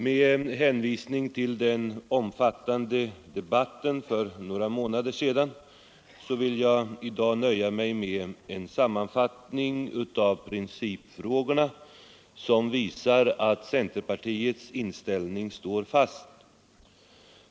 Med hänvisning till den omfattande debatten för några månader sedan vill jag i dag nöja mig med en sammanfattning av principfrågorna som visar att centerpartiets inställning står fast.